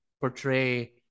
portray